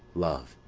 love,